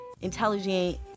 intelligent